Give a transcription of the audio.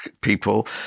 people